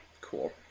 Cool